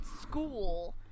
school